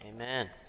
Amen